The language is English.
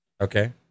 Okay